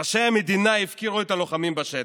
ראשי המדינה הפקירו את הלוחמים בשטח.